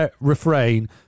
refrain